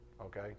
okay